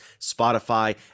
spotify